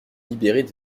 libérer